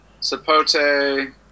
sapote